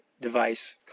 device